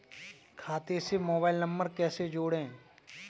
खाते से mobile number कैसे जोड़ें?